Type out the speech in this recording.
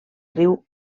riu